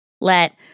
let